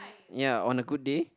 ya on a good day